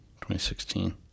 2016